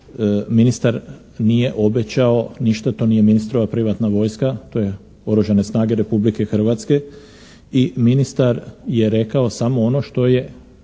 Ministar nije obećao, ništa to nije ministrova privatna vojska. To je, oružane snage Republike Hrvatske. I ministar je rekao samo ono što je,